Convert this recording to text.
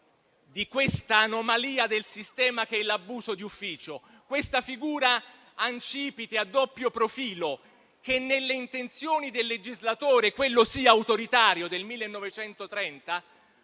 di questa anomalia del sistema che è l'abuso d'ufficio, di questa figura ancipite, a doppio profilo, che nelle intenzioni del legislatore - quello sì autoritario - del 1930